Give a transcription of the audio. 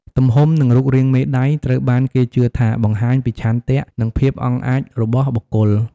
ទំហំ និងរូបរាងមេដៃ ត្រូវបានគេជឿថាបង្ហាញពីឆន្ទៈ និងភាពអង់អាចរបស់បុគ្គល។